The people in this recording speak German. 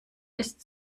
ist